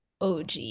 OG